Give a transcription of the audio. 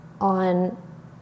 on